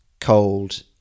cold